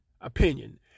opinion